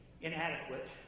inadequate